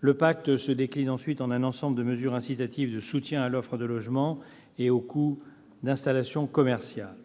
Le pacte se décline ensuite en un ensemble de mesures incitatives de soutien à l'offre de logement et au coût de l'installation commerciale.